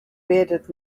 bearded